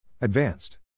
Advanced